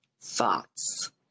thoughts